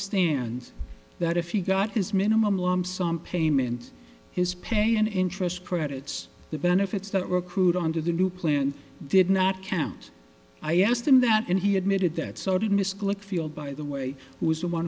stand that if he got his minimum lump sum payment his pay and interest credits the benefits that recruit on to the new plan did not count i asked him that and he admitted that so did miss glick field by the way who is the one